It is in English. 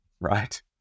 Right